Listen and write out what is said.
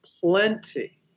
plenty